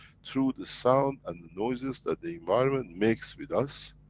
through the sound and the noises, that the environment makes with us,